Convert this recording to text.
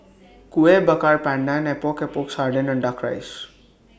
Kueh Bakar Pandan Epok Epok Sardin and Duck Rice